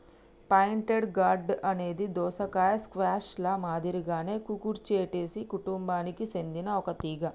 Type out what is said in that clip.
pointed gourd అనేది దోసకాయ, squash ల మాదిరిగానే కుకుర్చిటేసి కుటుంబానికి సెందిన ఒక తీగ